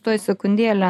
tuoj sekundėlę